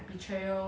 那个